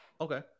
Okay